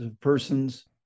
persons